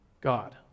God